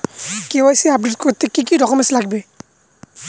KYC update করতে কি কি ডকুমেন্টস লাগবে?